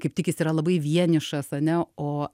kaip tik jis yra labai vienišas ane o